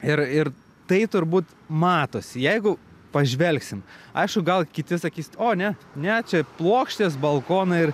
ir ir tai turbūt matosi jeigu pažvelgsim aišku gal kiti sakys o ne ne čia puokštės balkonai ir